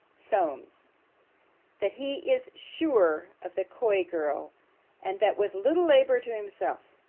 solmes that he is sure of the coy girl and that with little labour to himself.